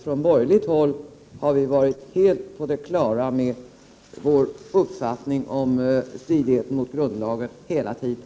Från borgerligt håll har vi hela tiden varit på det klara med att lagförslaget står i strid med grundlagen.